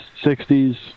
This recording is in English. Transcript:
60s